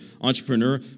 entrepreneur